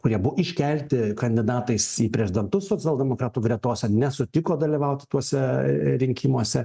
kurie buvo iškelti kandidatais į prezidentus socialdemokratų gretose nesutiko dalyvaut tuose rinkimuose